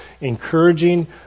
encouraging